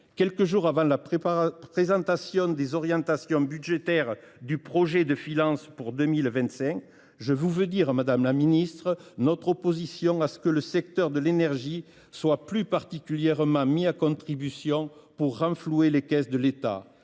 quelques jours après la présentation des orientations budgétaires du projet de loi de finances pour 2025, je tiens à affirmer mon opposition à ce que le secteur de l’énergie soit plus particulièrement mis à contribution pour renflouer les caisses de l’État.